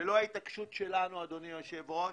ללא ההתעקשות שלנו, אדוני היושב-ראש,